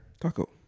Taco